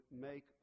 make